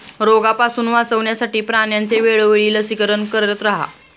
रोगापासून वाचवण्यासाठी प्राण्यांचे वेळोवेळी लसीकरण करत रहा